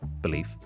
belief